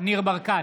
ניר ברקת,